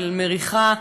של מריחה,